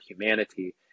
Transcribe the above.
humanity